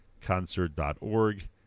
concert.org